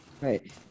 Right